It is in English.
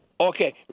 Okay